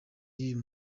y’uyu